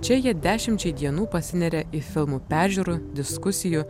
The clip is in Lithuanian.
čia jie dešimčiai dienų pasineria į filmų peržiūrų diskusijų